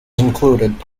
included